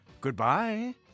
Goodbye